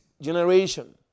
generation